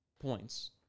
points